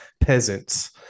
peasants